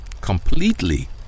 completely